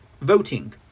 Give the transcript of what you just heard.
voting